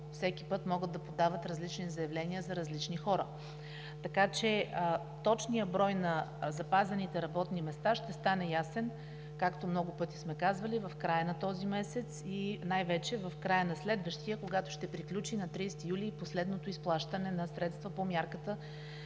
всеки път могат да подават различни заявления за различни хора. Така че точният брой на запазените работни места ще стане ясен, както много пъти сме казвали, в края на този месец и най-вече в края на следващия, когато на 30 юли ще приключи и последното изплащане на средства по мярката